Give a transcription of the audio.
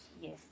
yes